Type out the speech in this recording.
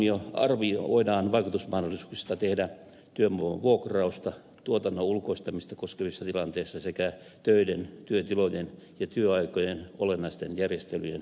sama arvio voidaan vaikutusmahdollisuuksista tehdä työvoiman vuokrausta tuotannon ulkoistamista koskevissa tilanteissa sekä töiden työtilojen ja työaikojen olennaisten järjestelyjen osalta